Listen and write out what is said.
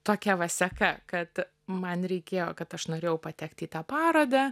tokia va seka kad man reikėjo kad aš norėjau patekti į tą parodą